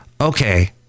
Okay